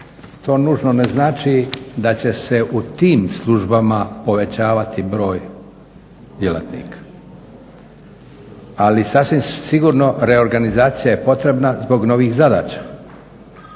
to nužno ne znači da će se u tim službama povećavati broj djelatnika. Ali sasvim sigurno reorganizacija je potrebna zbog novih zadaća,